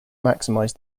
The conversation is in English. maximize